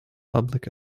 public